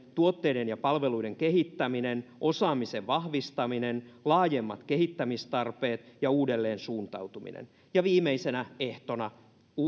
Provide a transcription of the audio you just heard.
tuotteiden ja palveluiden kehittäminen osaamisen vahvistaminen laajemmat kehittämistarpeet ja uudelleensuuntautuminen ja viimeisenä ehtona